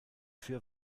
für